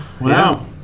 Wow